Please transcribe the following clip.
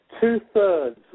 Two-thirds